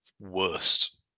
worst